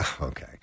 Okay